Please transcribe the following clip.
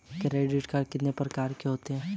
Credit card कितने प्रकार के होते हैं?